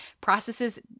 processes